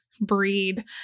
breed